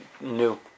new